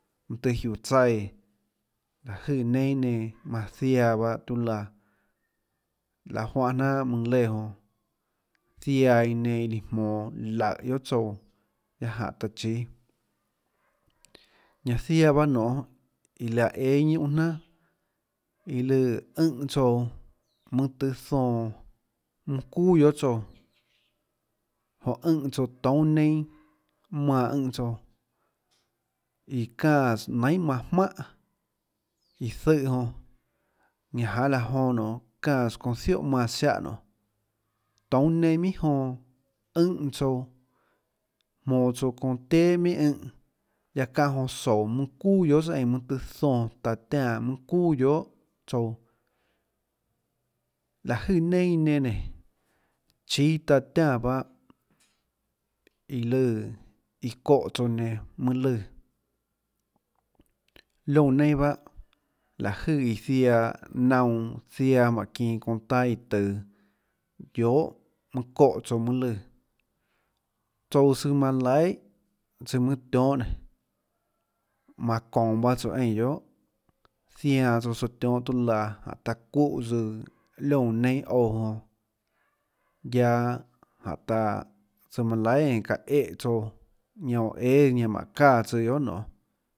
Manâ tøhê jiuå tsaíã láhå jøè neinâ nenã manã ziaã bahâ tiuâ laã laê juánhã jnanà mønã léã jonã ziaã iã nenã líãjmonå laùhå guiohà tsouã guiaâ jáhå taã chíâ ñanã ziaã paâ nonê iã laã éâ ñúnã jnanà iã lùã ùnhã tsouã mønâ tøhê zoønã mønâ çuuà guiohà tsouã jonã ùnhã tsouã toúnâ neinâ manã ùnhã tsouã iã çáãs nainhà manã mánhà iã zùhã jonã ñanã janê laã jonã nonê çáãs çounã zióhà manã siáhã nonê toúnâ neinâ minhà jonã ùnhã tsouã jmonå tsouã çounã téà minhà ùnhã guiaâ çáhã jonã soúå mønâ çuuà guiohà tsøã eínã mønâ tøhê zoønã taã tiánã mønâ çuuà guiohà tsouã láå jøè neinâ iã nenã nénå chíâ taã tiánã bahâ iã lùã iã çóhã tsouã nenã mønâ lùã liónã neinâ bahâ láhå jøè iã ziaã naunã ziaã jmánhå çinå çounã taâ iã tøå guiohà mønâ çóhã tsouã mønâ lùã tsouã tsøã manã laihà tsøã mønâ tiohâ nénå manã çounå bahâ tsouã eínã guiohà zianã tsouã tsøå tiohâ tiuâ laã jáhå taã çuúhã tsøã liónã neinâ ouã jonã guiaâ jánhå taã tsøã manã laihà eínã çaã æhã tsouã ñanã oå õâs ñanã mánhå çáã tsóã guiohà nonê.